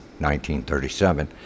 1937